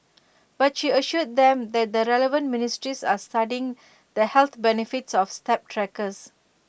but she assured them that the relevant ministries are studying the health benefits of step trackers